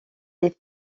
les